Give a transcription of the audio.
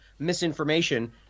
misinformation